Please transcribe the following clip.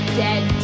dead